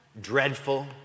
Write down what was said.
dreadful